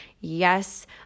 Yes